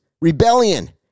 rebellion